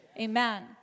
Amen